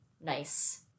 nice